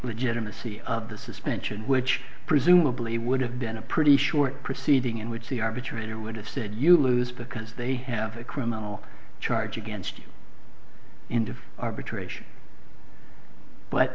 legitimacy of the suspension which presumably would have been a pretty short proceeding in which the arbitrator would have said you lose because they have a criminal charge against you into arbitra